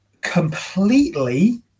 Completely